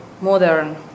modern